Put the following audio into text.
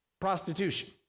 Prostitution